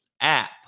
app